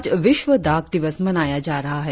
आज विश्व डॉक दिवस मनाया जा रहा है